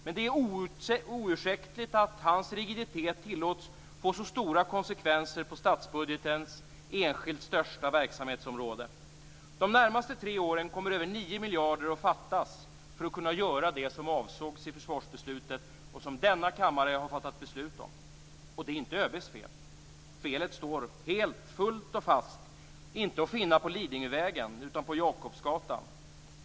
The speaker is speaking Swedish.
Men det är oursäktligt att dennes rigiditet tillåts få så stora konsekvenser på statsbudgetens enskilt största verksamhetsområde. De närmaste tre åren kommer över 9 miljarder att fattas för att kunna göra det som avsågs i försvarsbeslutet och som denna kammare har fattat beslut om. Och det är inte ÖB:s fel. Felet står helt - fullt och fast - inte att finna på Lidingövägen utan på Jakobsgatan.